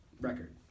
record